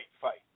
fight